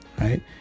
right